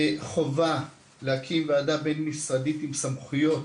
חובה להקים ועדה בין-משרדית עם סמכויות.